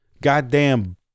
goddamn